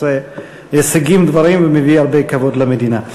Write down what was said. שמגיע להישגים רבים ומביא הרבה כבוד למדינה.